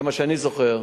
כמה שאני זוכר.